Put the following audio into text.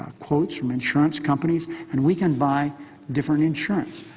ah quotes from insurance companies and we can buy different insurance.